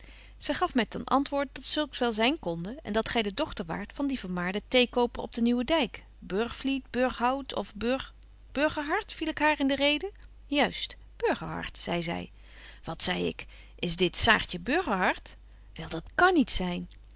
zy gaf my ten antwoord dat zulks wel zyn konde en dat gy de dochter waart van dien vermaarden theekoper op den nieuwendyk burgvliet burghout of burg burgerhart viel ik haar in de reden juist burgerhart zei zy wat zei ik is dit saartje burgerhart betje wolff en aagje deken historie van mejuffrouw sara burgerhart wel dat kan niet zyn